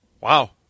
Wow